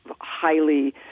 highly